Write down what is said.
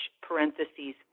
parentheses